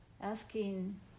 asking